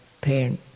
pain